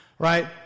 Right